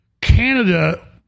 Canada